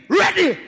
ready